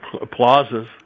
applauses